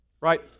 Right